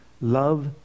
love